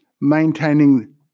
maintaining